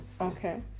Okay